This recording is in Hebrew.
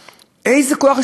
אין לו האפשרות הזאת,